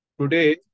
today